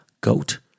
goat